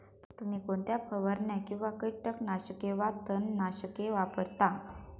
तुम्ही कोणत्या फवारण्या किंवा कीटकनाशके वा तणनाशके वापरता?